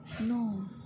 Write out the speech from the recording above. No